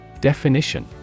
Definition